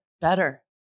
better